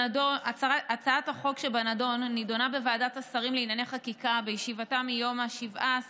הצעת החוק שבנדון נדונה בוועדת השרים לענייני חקיקה בישיבתה מיום 17